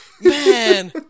Man